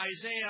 Isaiah